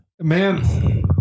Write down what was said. Man